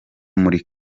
muri